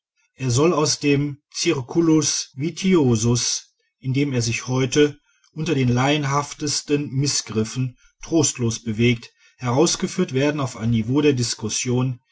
er soll aus dem circulus vitiosus in dem er sich heute unter den laienhaftesten mißgriffen trostlos bewegt herausgeführt werden auf ein niveau der diskussion